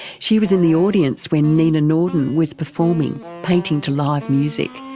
she was in the audience when nina norden was performing, painting to live music.